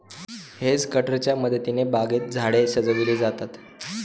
hedge कटरच्या मदतीने बागेत झाडे सजविली जातात